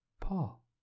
Paul